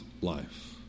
life